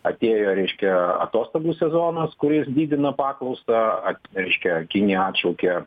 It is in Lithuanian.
atėjo reiškia atostogų sezonas kuris didina paklausą reiškia kinija atšaukė